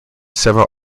several